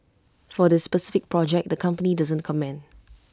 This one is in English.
for this specific project the company doesn't comment